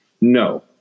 No